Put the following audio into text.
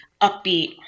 upbeat